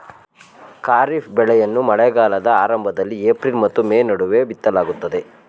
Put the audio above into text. ಖಾರಿಫ್ ಬೆಳೆಗಳನ್ನು ಮಳೆಗಾಲದ ಆರಂಭದಲ್ಲಿ ಏಪ್ರಿಲ್ ಮತ್ತು ಮೇ ನಡುವೆ ಬಿತ್ತಲಾಗುತ್ತದೆ